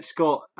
Scott